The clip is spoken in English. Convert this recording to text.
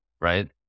right